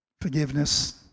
forgiveness